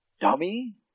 Dummy